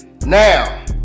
Now